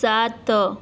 સાત